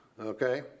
Okay